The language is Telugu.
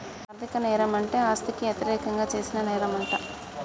ఆర్ధిక నేరం అంటే ఆస్తికి యతిరేకంగా చేసిన నేరంమంట